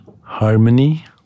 harmony